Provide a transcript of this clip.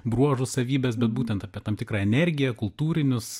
bruožus savybes bet būtent apie tam tikrą energiją kultūrinius